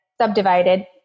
subdivided